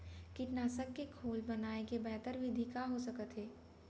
कीटनाशक के घोल बनाए के बेहतर विधि का हो सकत हे?